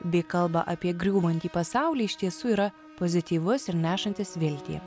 bei kalba apie griūvantį pasaulį iš tiesų yra pozityvus ir nešantis viltį